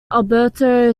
alberto